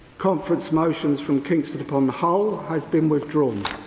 conference motions from kingston upon hull has been withdrawn.